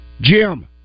Jim